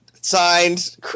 Signed